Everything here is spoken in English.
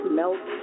melt